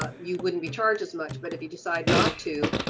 ah you wouldn't be charged as much. but if you decide not to.